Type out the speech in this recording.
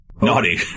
Naughty